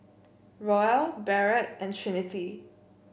Roel Barrett and Trinity